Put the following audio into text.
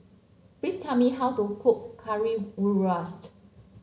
please tell me how to cook Currywurst